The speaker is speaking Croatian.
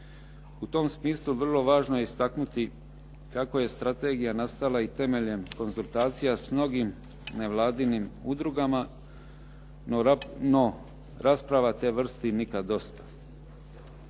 U tom smislu vrlo važno je istaknuti kako je strategija nastala i temeljem konzultacija s mnogim nevladinim udrugama, no rasprava te vrste nikad dosta.